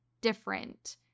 different